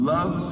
Love